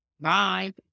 bye